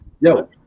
yo